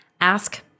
Ask